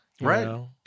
Right